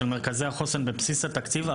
של מרכזי החוסן בבסיס התקציב,